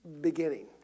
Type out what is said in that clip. beginning